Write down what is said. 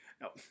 No